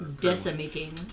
Decimating